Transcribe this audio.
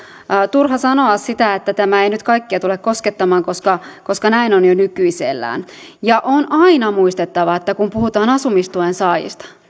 turha sanoa että tämä ei nyt kaikkia tule koskettamaan koska koska näin on jo nykyisellään ja on aina muistettava että kun puhutaan asumistuen saajista